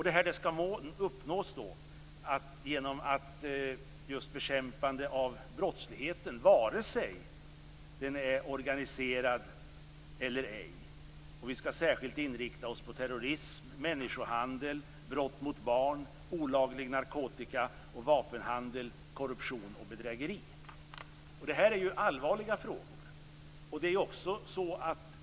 Det här skall uppnås genom just bekämpande av brottsligheten, vare sig den är organiserad eller ej. Vi skall särskilt inrikta oss på terrorism, människohandel, brott mot barn, olaglig narkotikahandel, vapenhandel, korruption och bedrägeri. Detta är ju allvarliga frågor.